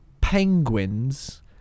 penguins